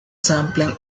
sampling